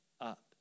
up